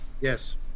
yes